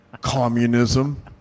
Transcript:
Communism